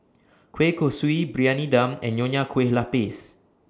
Kueh Kosui Briyani Dum and Nonya Kueh Lapis